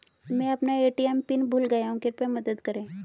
मैं अपना ATM pin भूल गया हूँ कृपया मदद करें